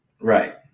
right